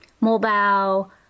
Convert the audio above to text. mobile